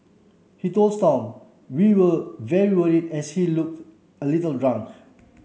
he told Stomp we were as he looked a little drunk